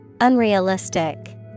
Unrealistic